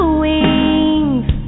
wings